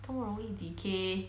那么容易 decay